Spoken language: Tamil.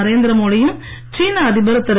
ந்நேரந்திர மோடியும் சீன அதிபர் திரு